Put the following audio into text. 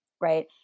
Right